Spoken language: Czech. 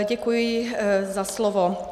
Děkuji za slovo.